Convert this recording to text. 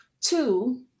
two